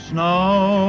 Snow